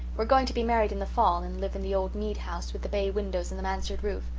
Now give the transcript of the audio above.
we're going to be married in the fall and live in the old mead house with the bay windows and the mansard roof.